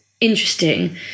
interesting